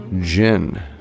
Gin